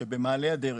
שבמעלה הדרך,